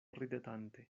ridetante